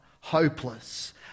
hopeless